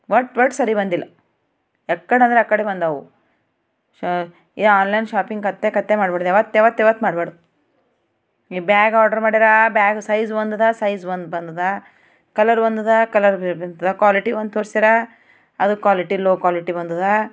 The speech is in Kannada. ಒಟ್ಟು ಒಟ್ಟು ಸರಿ ಬಂದಿಲ್ಲ ಯಕ್ಕಡೆ ಅಂದರೆ ಯಕ್ಕಡೆ ಬಂದಾವು ಸೋ ಈ ಆನ್ಲೈನ್ ಶಾಪಿಂಗ್ ಅತ್ತಕತ್ತೆ ಮಾಡ್ಬಾರ್ದು ಯಾವತ್ತು ಯಾವತ್ತು ಯಾವತ್ತು ಮಾಡ್ಬಾರ್ದು ಈ ಬ್ಯಾಗ್ ಆರ್ಡರ್ ಮಾಡಿರಾ ಬ್ಯಾಗ್ ಸೈಜ್ ಒಂದಿದೆ ಸೈಜ್ ಒಂದು ಬಂದಿದೆ ಕಲರ್ ಒಂದಿದೆ ಕಲರ್ ಬೇರೆ ಬಂದಿದೆ ಕ್ವಾಲಿಟಿ ಒಂದು ತೋರ್ಸ್ಯಾರ ಅದು ಲೋ ಕ್ವಾಲಿಟಿ ಬಂದಿದೆ